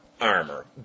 armor